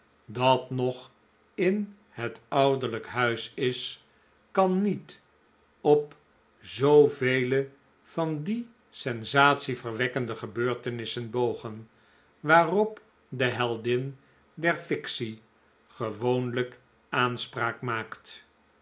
dat nog in het ouderlijk huis is kan niet op zoo vele van die sensatieverwekkende gebeurtenissen bogen waarop de heldin der fictie gewoonlijk aanspraak maakt